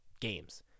games